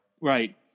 Right